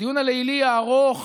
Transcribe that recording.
הדיון הלילי הארוך,